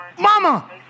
Mama